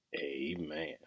Amen